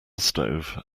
stove